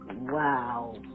wow